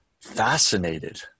fascinated